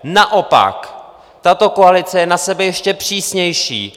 Naopak, tato koalice je na sebe ještě přísnější!